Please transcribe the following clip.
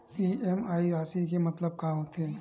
EMI राशि के मतलब का होथे?